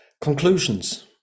Conclusions